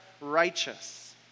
righteous